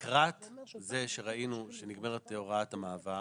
לקראת זה שראינו שנגמרת הוראת המעבר